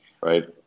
right